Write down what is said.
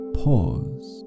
pause